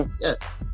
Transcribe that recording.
yes